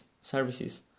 services